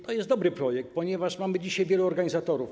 To jest dobry projekt, ponieważ mamy dzisiaj wielu organizatorów.